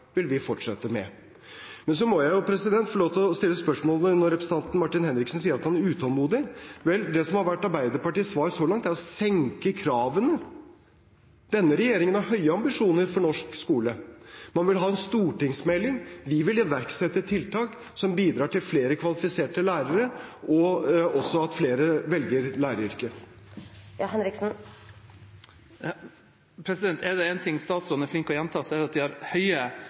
vil vi fortsette med. Men så må jeg få stille spørsmål når representanten Henriksen sier at han er utålmodig. Vel, det som har vært Arbeiderpartiets svar så langt, er å senke kravene. Denne regjeringen har høye ambisjoner for norsk skole. Man vil ha en stortingsmelding. Vi vil iverksette tiltak som bidrar til flere kvalifiserte lærere og at flere velger læreryrket. Er det en ting statsråden er flink til å gjenta, er det at man har høye